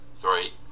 Three